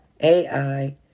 AI